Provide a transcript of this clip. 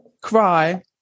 cry